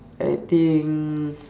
I think